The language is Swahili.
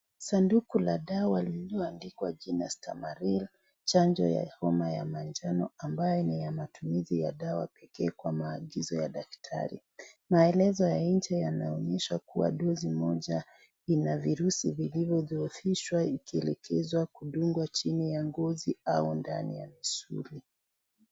Sanduku la dawa lililoandikwa jina (cs)stamaril(cs), chanjo ya homa ya manjano ambayo ni ya matumizi ya dawa pekee kwa maagizo ya daktari, maelezo ya nje yanaonyesha kuwa dosi moja yana vir usi vilivyo dhohofishwa ikielekezwa kudungwa chini ya ngozi au ndani ya misuli.